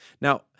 Now